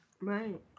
Right